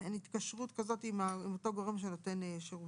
מעין התקשרות עם אותו גורם שנותן שירותים.